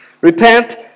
Repent